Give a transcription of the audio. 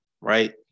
right